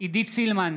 עידית סילמן,